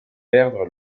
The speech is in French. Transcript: perdre